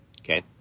okay